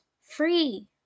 free